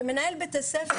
מנהל בית הספר,